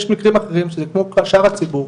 יש מקרים אחרים שזה כמו שאר הציבור,